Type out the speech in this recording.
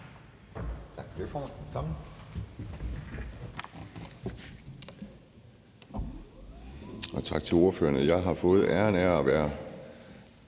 Tak for det, formand. Og tak til ordføreren. Jeg har fået æren af at være